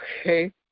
okay